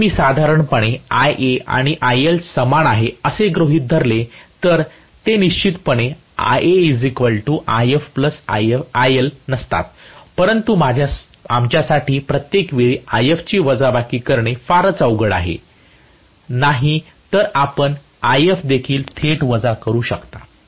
जर मी साधारणपणे Ia आणि IL समान आहेत असे गृहित धरले तर ते निश्चितपणे IaIfIL नसतात परंतु आमच्यासाठी प्रत्येक वेळी If ची वजाबाकी करणे फारच अवघड आहे नाही तर आपण If देखील थेट वजा करू शकता